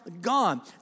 gone